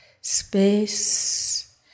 space